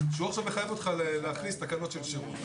שהוא עכשיו יחייב אותך להכניס תקנות של שירות.